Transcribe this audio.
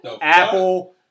Apple